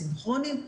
סינכרוניים,